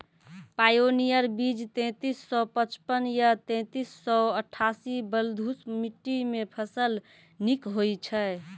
Pioneer बीज तेंतीस सौ पचपन या तेंतीस सौ अट्ठासी बलधुस मिट्टी मे फसल निक होई छै?